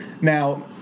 Now